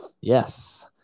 Yes